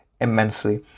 immensely